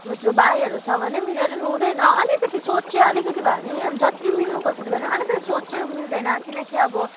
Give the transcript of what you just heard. अब त्यो भाइहरूसँग नै मिलेर पनि हुँदैन अलिकति सोच चाहिँ अलिकति भए पनि जति मिल्नु कोसिस गर्यो अलिकति सोच चाहिँ मिल्दैन किनकि अब